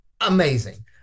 Amazing